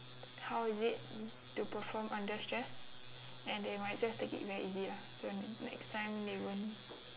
how is it to perform under stress and they might just take it very easy lah so next time they won't